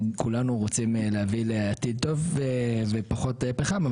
כולנו רוצים להביא לעתיד טוב ולפחות פחם,